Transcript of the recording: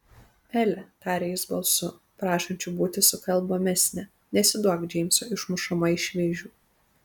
ele tarė jis balsu prašančiu būti sukalbamesnę nesiduok džeimso išmušama iš vėžių